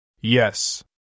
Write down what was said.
Yes